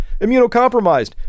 immunocompromised